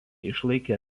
išlaikė